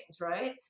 right